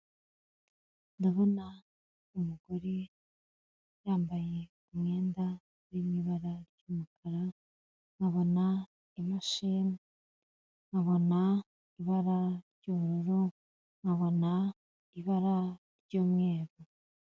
Ndabona umugore yambaye umwenda urimo ibara ry'umukara, nkabona imashini, nkabona ibara ry'ubururu, nkabona ibara ry'umweru.